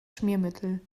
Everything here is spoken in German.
schmiermittel